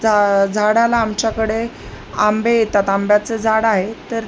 जा झाडाला आमच्याकडे आंबे येतात आंब्याचं झाड आहे तर